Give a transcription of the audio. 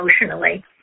emotionally